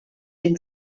den